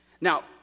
Now